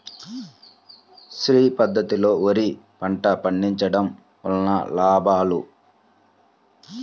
శ్రీ పద్ధతిలో వరి పంట పండించడం వలన లాభాలు?